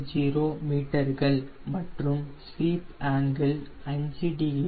220 மீட்டர்கள் மற்றும் sweep angle 5 degree